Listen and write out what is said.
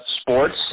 sports